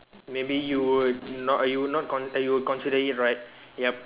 maybe you would not you would not con~ you would consider it right yup